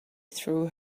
through